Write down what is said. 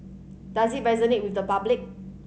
does it resonate with the public